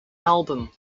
album